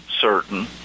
certain